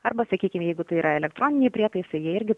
arba sakykim jeigu tai yra elektroniniai prietaisai jie irgi